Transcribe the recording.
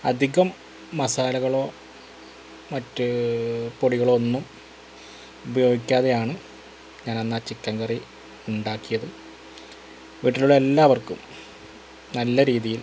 അധികം മസാലകളോ മറ്റ് പൊടികളോ ഒന്നും ഉപയോഗിക്കാതെയാണ് ഞാൻ അന്നാ ചിക്കൻ കറി ഉണ്ടാക്കിയത് വീട്ടിലുള്ള എല്ലാവർക്കും നല്ല രീതിയിൽ